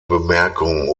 bemerkung